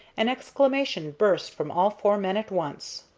an exclamation burst from all four men at once.